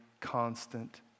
constant